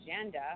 agenda